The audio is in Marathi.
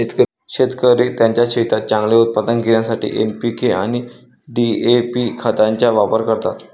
शेतकरी त्यांच्या शेतात चांगले उत्पादन घेण्यासाठी एन.पी.के आणि डी.ए.पी खतांचा वापर करतात